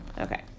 Okay